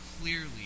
clearly